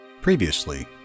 Previously